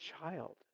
child